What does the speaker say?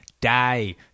die